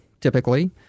typically